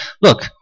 look